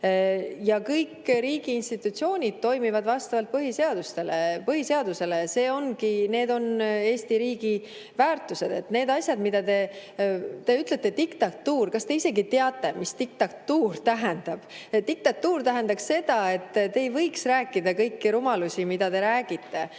Kõik riigi institutsioonid toimivad vastavalt põhiseadusele. Need ongi Eesti riigi väärtused. Need asjad, mida te ütlete – te ütlete, diktatuur. Kas te ikka teate, mida diktatuur tähendab? Diktatuur tähendaks seda, et te ei võiks rääkida kõiki neid rumalusi, mida te räägite.